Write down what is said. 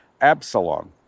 Absalom